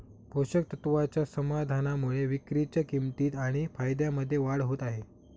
पोषक तत्वाच्या समाधानामुळे विक्रीच्या किंमतीत आणि फायद्यामध्ये वाढ होत आहे